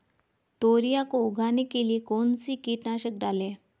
तोरियां को उगाने के लिये कौन सी कीटनाशक डालें?